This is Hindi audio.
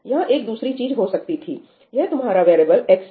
यहां एक दूसरी चीज हो सकती थी यह तुम्हारा वेरीएबल x है